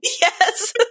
Yes